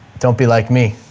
don't be like me.